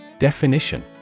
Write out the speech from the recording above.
Definition